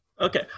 Okay